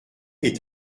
est